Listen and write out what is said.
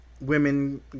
women